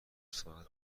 ساعت